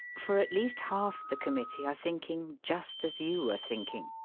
for at least half the committee are thinking just as you are thinking.